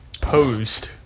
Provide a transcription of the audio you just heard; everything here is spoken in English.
posed